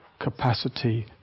capacity